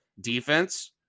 defense